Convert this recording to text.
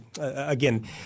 again